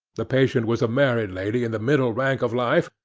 the patient was a married lady in the middle rank of life,